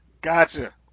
Gotcha